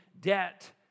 debt